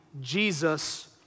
jesus